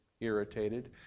irritated